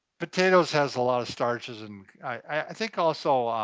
potatoes has a lot of starches and i think also,